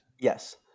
Yes